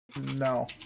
No